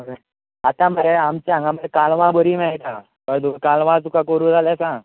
बरें आतां मरे आमचे हांगा मरे काल्वां बरी मेळटा कळें तुका काल्वां तुका करूं जाल्यार सांग